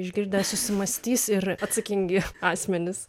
išgirdę susimąstys ir atsakingi asmenys